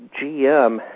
GM